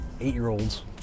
eight-year-olds